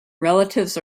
relatives